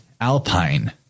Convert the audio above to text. alpine